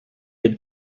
had